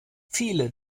viele